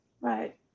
right